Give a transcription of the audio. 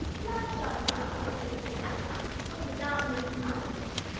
like lord rama built to lanka with his army of monkeys,